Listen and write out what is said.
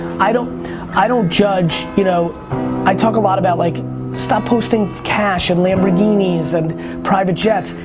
i don't i don't judge. you know i talk a lot about like stop posting cash and lamborghinis, and private jets,